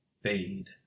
Fade